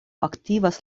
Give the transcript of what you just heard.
aktivas